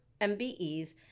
mbes